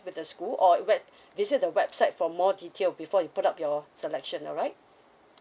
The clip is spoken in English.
with the school or we~ visit the website for more detail before you put up your selection alright